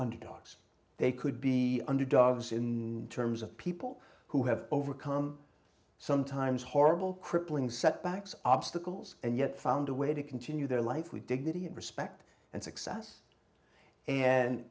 underdogs they could be underdogs in terms of people who have overcome sometimes horrible crippling setbacks obstacles and yet found a way to continue their life with dignity and respect and success and